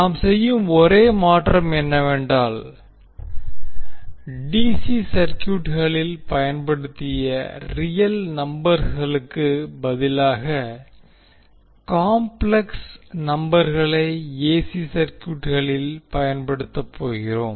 நாம் செய்யும் ஒரே மாற்றம் என்னவென்றால் டி சி சர்க்யூட்களில் பயன்படுத்திய ரியல் நம்பர்ஸ்களுக்கு பதிலாக காம்ப்ளெக்ஸ் நம்பர்களை ஏசி சர்க்யூட்களில் பயன்படுத்த போகிறோம்